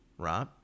Right